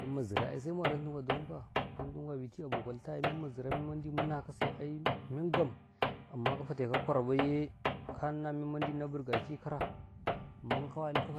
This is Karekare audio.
Men ma zirau, ai sai mu walan tumku a dogon-kuka, mu walantumuku abi tiye mufatan timumu abo kwalta yee, men ma zirau muna kase ai men gam, amman ka fa teko ka kwara bay yee, ka n ina menmandi na bir ga ke kara, ammamn ka walu kau,